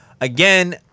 Again